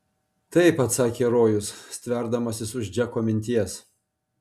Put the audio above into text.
taip atsakė rojus stverdamasis už džeko minties